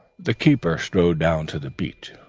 the keeper strode down to the beach.